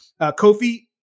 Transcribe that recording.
Kofi